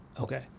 okay